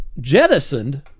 jettisoned